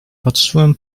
patrzyłem